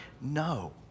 No